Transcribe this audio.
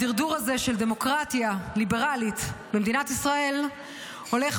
הדרדור הזה של דמוקרטיה ליברלית במדינת ישראל הולך